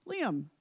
Liam